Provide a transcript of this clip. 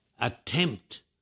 Attempt